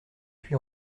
puy